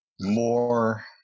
more